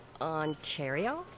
Ontario